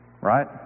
Right